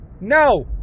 No